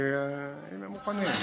אם הם מוכנים.